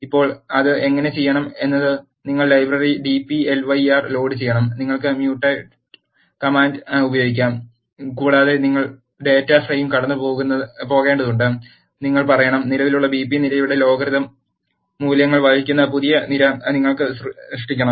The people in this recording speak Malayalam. ഇപ്പോൾ അത് എങ്ങനെ ചെയ്യണം എന്നത് നിങ്ങൾ ലൈബ്രറി dplyr ലോഡുചെയ്യണം നിങ്ങൾക്ക് മ്യൂട്ടേറ്റ് കമാൻഡ് ഉപയോഗിക്കാം കൂടാതെ നിങ്ങൾ ഡാറ്റാ ഫ്രെയിം കടന്നുപോകേണ്ടതുണ്ട് നിങ്ങൾ പറയണം നിലവിലുള്ള ബിപി നിരയുടെ ലോഗരിതം മൂല്യങ്ങൾ വഹിക്കുന്ന പുതിയ നിര നിങ്ങൾ സൃഷ്ടിക്കണം